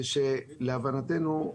להבנתנו,